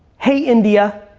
hey, india,